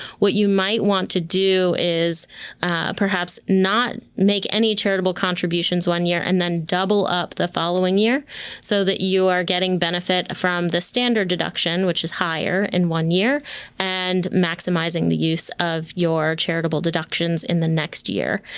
what you might want to do is perhaps not make any charitable contributions one year and then double up the following year so that you are getting benefit from the standard deduction, which is higher in one year and maximizing the use of your charitable deductions in the next year.